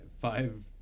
five